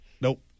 Nope